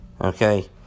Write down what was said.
Okay